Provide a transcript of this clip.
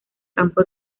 campo